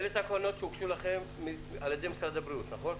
אלה תקנות שהוגשו לכם על-ידי משרד הבריאות, נכון?